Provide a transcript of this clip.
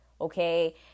okay